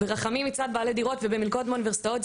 ברחמים מצד בעלי דירות ובמלגות מהאוניברסיטאות,